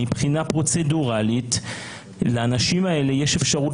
מבחינה פרוצדורלית לאנשים האלה יש אפשרות